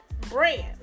brand